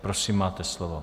Prosím, máte slovo.